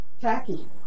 tacky